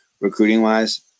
recruiting-wise